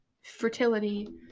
fertility